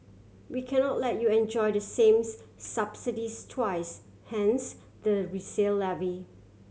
we cannot let you enjoy the sames subsidies twice hence the resale levy